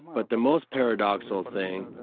but the most paradoxical thing,